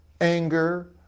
anger